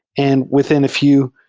and within a few,